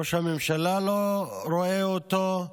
ראש הממשלה לא רואה אותו.